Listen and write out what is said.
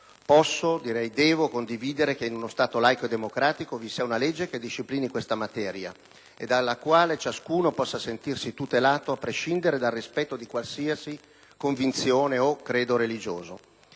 posso, direi devo condividere che in uno Stato laico e democratico vi sia una legge che disciplini questa materia e dalla quale ciascuno possa sentirsi tutelato, a prescindere dal rispetto di qualsiasi convinzione o credo religioso.